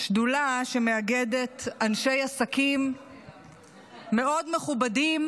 שדולה שמאגדת אנשי עסקים מאוד מכובדים